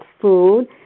food